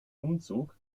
umzug